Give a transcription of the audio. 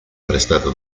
prestata